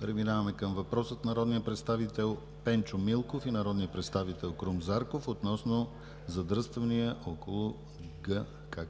Преминаваме към въпрос от народния представител Пенчо Милков и народния представител Крум Зарков относно задръствания около ГКПП